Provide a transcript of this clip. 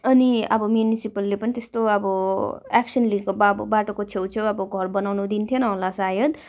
अनि अब म्युनिसिपलले पनि त्यस्तो अब एक्सन लिएको भए बाटोको छेउछेउ अब घर बनाउन दिने थिएन होला सायद